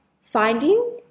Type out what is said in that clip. finding